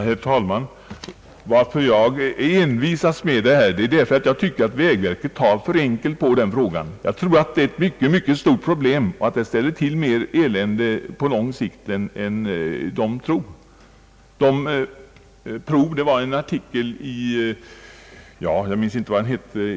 Herr talman! Anledningen till att jag är envis i denna fråga är att jag tycker att vägverket tar för enkelt på den. Jag tror att detta är ett mycket stort problem och att det på lång sikt ställer till mycket mer elände än man inom vägverket tror.